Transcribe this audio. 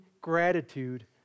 gratitude